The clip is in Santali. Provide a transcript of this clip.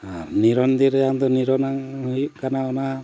ᱟᱨ ᱱᱤᱨᱚᱱᱫᱤ ᱨᱮᱭᱟᱜ ᱫᱚ ᱱᱤᱨᱚᱱᱟᱜ ᱦᱩᱭᱩᱜ ᱠᱟᱱᱟ ᱚᱱᱟ